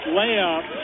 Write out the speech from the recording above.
layup